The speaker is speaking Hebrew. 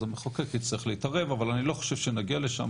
אז המחוקק יצטרך להתערב אבל אני לא חושב שנגיע לשם,